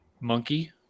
monkey